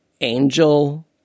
Angel